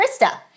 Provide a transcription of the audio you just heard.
krista